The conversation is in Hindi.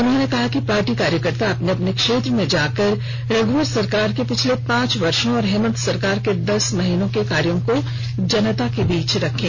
उन्होंने कहा कि पार्टी कार्यकर्ता अपने अपने क्षेत्र में जाकर रघुवर सरकार के पांच साल और हेमंत सरकार के दस महीने के कार्यों को जनता के बीच रखें